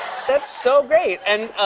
that's so great. and,